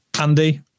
Andy